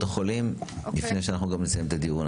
החולים לפני שאנחנו מסיימים את הדיון.